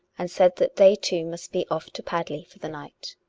and said that they two must be off to padley for the night.